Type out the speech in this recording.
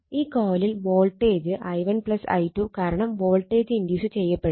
ഈ കൊയിലിൽ voltage i1 i2 കാരണം വോൾട്ടേജ് ഇൻഡ്യൂസ് ചെയ്യപ്പെടും